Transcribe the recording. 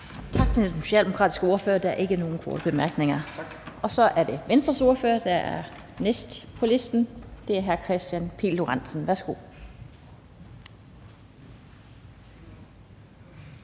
Tak til den socialdemokratiske ordfører. Der er ikke nogen korte bemærkninger. Og så er det Venstres ordfører, der er den næste på listen. Hr. Kristian Pihl Lorentzen, værsgo.